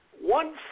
One